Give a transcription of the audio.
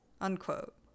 unquote